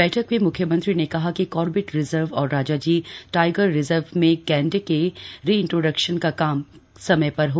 बैठक में मुख्यमंत्री ने कहा कि कार्बेट रिजर्व और राजाजी टाईगर रिजर्व में गैण्डे के रिइन्ट्रोडक्शन का काम समय पर हो